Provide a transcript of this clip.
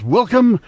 Welcome